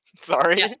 sorry